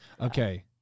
Okay